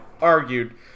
argued